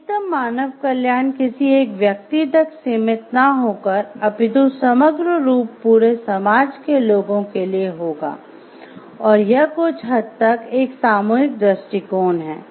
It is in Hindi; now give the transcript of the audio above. अधिकतम मानव कल्याण किसी एक व्यक्ति तक सीमित न होकर अपितु समग्र रूप पुरे समाज के लोगों के लिए होगा और यह कुछ हद तक एक सामूहिक दृष्टिकोण है